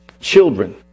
children